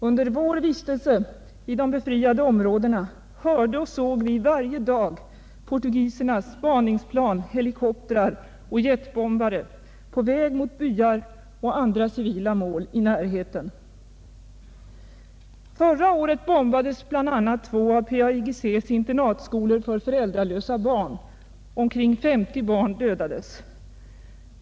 Under vår vistelse i de befriade områdena hörde och såg vi varje dag portugisernas spaningsplan, helikoptrar och jetbombare på väg mot byar och andra civila mål i närheten. Förra året bombades bl.a. två av PAIGC:s internatskolor för föräldralösa barn. Omkring 50 barn dog.